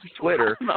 Twitter